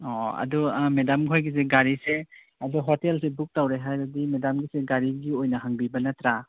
ꯑꯣ ꯑꯗꯨ ꯃꯦꯗꯥꯝ ꯍꯣꯏꯒꯤꯁꯦ ꯒꯥꯔꯤꯁꯦ ꯑꯗꯨ ꯍꯣꯇꯦꯜꯁꯦ ꯕꯨꯛ ꯇꯧꯔꯦ ꯍꯥꯏꯔꯗꯤ ꯃꯦꯗꯥꯝꯒꯤꯁꯦ ꯒꯥꯔꯤꯒꯤ ꯑꯣꯏꯅ ꯍꯪꯕꯤꯕ ꯅꯠꯇ꯭ꯔꯥ